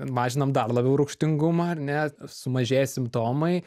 mažinam dar labiau rūgštingumą ar ne sumažėja simptomai